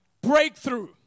breakthrough